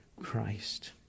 Christ